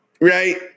right